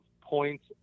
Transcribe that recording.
points